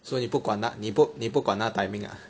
所以你不管 lah 你不你不管那个 timing ah